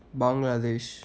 Bangladesh